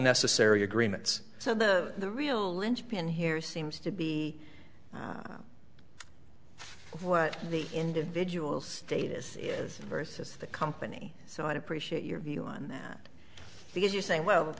necessary agreements so the the real linchpin here seems to be what the individual status is versus the company so i'd appreciate your view on it because you're saying well